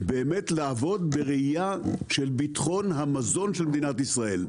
לעבוד בראייה של ביטחון המזון של מדינת ישראל.